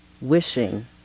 wishing